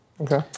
Okay